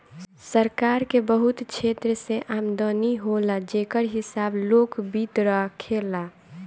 सरकार के बहुत क्षेत्र से आमदनी होला जेकर हिसाब लोक वित्त राखेला